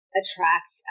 attract